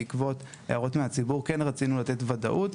בעקבות הערות מהציבור כן רצינו לתת ודאות.